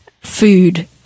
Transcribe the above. food